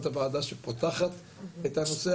את הוועדה שפותחת את הנושא,